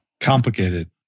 Complicated